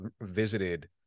visited